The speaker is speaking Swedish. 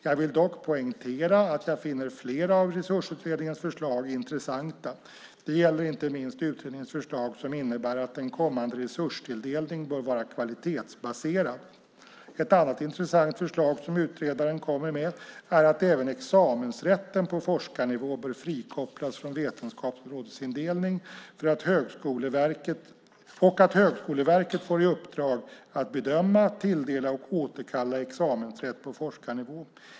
Jag vill dock poängtera att jag finner flera av Resursutredningens förslag intressanta. Det gäller inte minst utredningens förslag som innebär att en kommande resurstilldelning bör vara kvalitetsbaserad. Ett annat intressant förslag som utredaren kommer med är att även examensrätten på forskarnivå bör frikopplas från vetenskapsområdesindelning och att Högskoleverket får i uppdrag att bedöma, tilldela och återkalla examensrätt på forskarnivå.